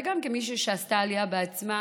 וגם כמישהי שעשתה עלייה בעצמה,